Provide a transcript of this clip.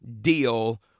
deal